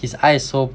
his eye is so